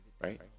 right